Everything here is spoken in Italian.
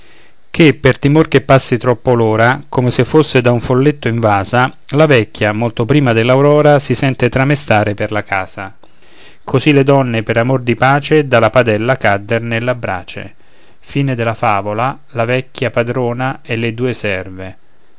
ché per timor che passi troppo l'ora come se fosse da un folletto invasa la vecchia molto prima dell'aurora si sente tramestare per la casa così le donne per amor di pace dalla padella cadder nella brace e